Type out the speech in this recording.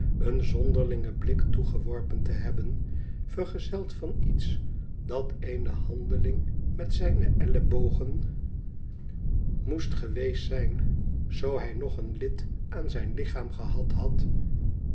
een zonderlingen buk toegeworpen te hebben vergezeld van iets dat eene handeling met zijne ellebogen moest geweest zijn zoo hij nog een lid aan zijn lichaam gehad had